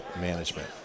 management